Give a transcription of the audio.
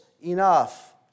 enough